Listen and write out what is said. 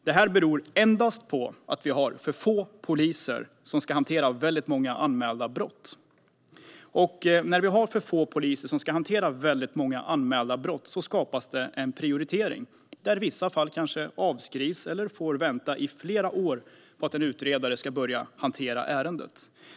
Detta beror endast på att det finns för få poliser som ska hantera många anmälda brott. Med för få poliser som ska hantera många anmälda brott skapas en prioritering där vissa fall kanske avskrivs eller får vänta i flera år på att en utredare ska börja hantera ärendet.